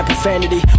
Profanity